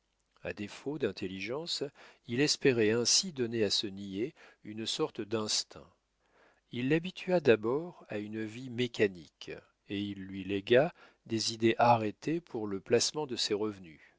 a défaut d'intelligence il espérait ainsi donner à ce niais une sorte d'instinct il l'habitua d'abord à une vie mécanique et lui légua des idées arrêtées pour le placement de ses revenus